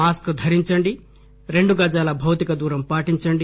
mask ధరించండి రెండు గజాల భౌతిక దూరం పాటించండి